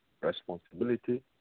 responsibility